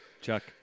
Chuck